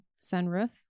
sunroof